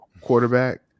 quarterback